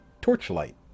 Torchlight